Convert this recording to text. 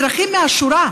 אזרחים מהשורה,